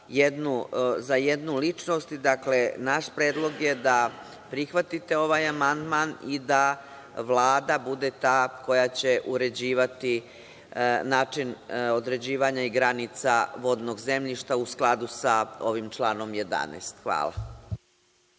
za jednu ličnost. Dakle, naš predlog je da prihvatite ovaj amandman i da Vlada bude ta koja će uređivati način određivanja i granica vodnog zemljišta u skladu sa ovim članom 11. Hvala.